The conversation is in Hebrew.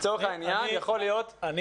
לצורך העניין, יכול להיות --- אני